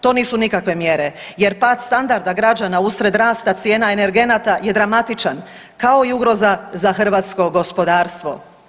To nisu nikakve mjere jer pad standarda građana usred rasta cijena energenata je dramatičan, kao i ugroza za hrvatsko gospodarstvo.